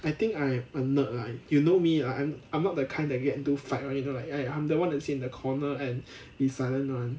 I think I'm a nerd lah you know me lah I'm I'm not the kind that get into fight [one] you know like I'm the one that's in the corner and be silent [one]